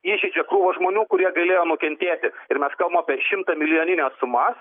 įžeidžia krūvą žmonių kurie galėjo nukentėti ir mes kalbam apie šimtamilijonines sumas